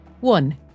One